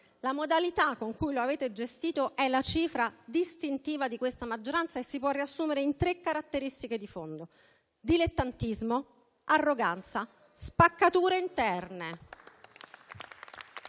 La modalità con cui lo avete gestito è la cifra distintiva di questa maggioranza e si può riassumere in tre caratteristiche di fondo: dilettantismo, arroganza e spaccature interne.